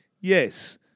Yes